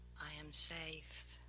i am safe.